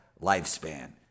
lifespan